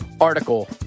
article